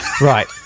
right